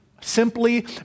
simply